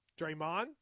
Draymond